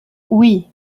oui